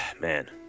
Man